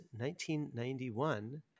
1991